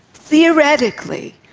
theoretically,